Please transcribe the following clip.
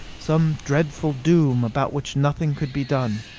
some dreadful doom about which nothing could be done.